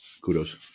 Kudos